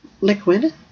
liquid